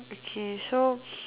okay so